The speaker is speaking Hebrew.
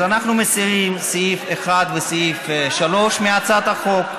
אנחנו מסירים את סעיף 1 ואת סעיף 3 מהצעת החוק,